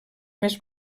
més